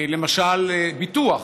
למשל ביטוח,